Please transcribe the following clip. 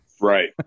Right